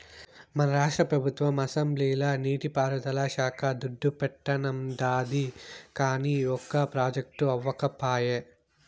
మన రాష్ట్ర పెబుత్వం అసెంబ్లీల నీటి పారుదల శాక్కి దుడ్డు పెట్టానండాది, కానీ ఒక ప్రాజెక్టు అవ్యకపాయె